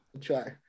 Try